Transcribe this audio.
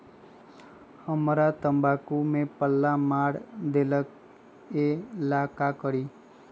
हमरा तंबाकू में पल्ला मार देलक ये ला का करी?